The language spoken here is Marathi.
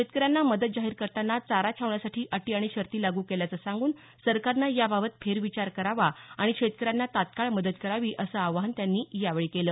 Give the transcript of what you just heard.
शेतकऱ्यांना मदत जाहीर करताना चारा छावण्यासाठी अटी आणि शर्ती लागू केल्याचं सांगून सरकारनं याबाबत फेरविचार करावा आणि शेतकऱ्यांना तात्काळ मदत करावी असं आवाहन त्यांनी यावेळी केलं